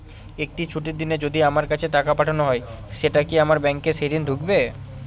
একটি ছুটির দিনে যদি আমার কাছে টাকা পাঠানো হয় সেটা কি আমার ব্যাংকে সেইদিন ঢুকবে?